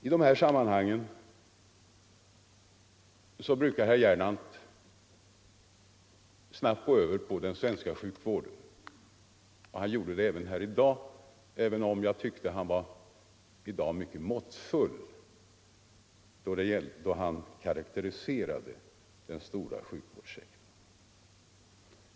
I dessa sammanhang brukar herr Gernandt snabbt gå över på den svenska sjukvården och han gjorde det också i dag, även om jag tyckte att han nu var mycket måttfull då han karakteriserade den stora sjukvårdssektorn.